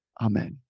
Amen